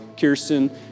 Kirsten